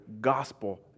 gospel